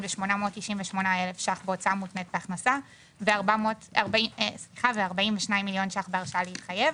29,898,000 בהוצאה מותנית בהכנסה ו-42 מיליון ₪ בהרשאה להתחייב,